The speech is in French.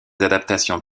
adaptations